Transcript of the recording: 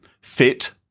fit